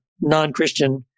non-Christian